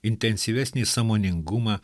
intensyvesnį sąmoningumą